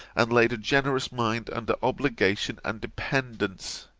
and laid a generous mind under obligation and dependence.